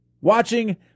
watching